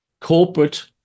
corporate